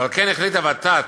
ועל כן החליטה ות"ת,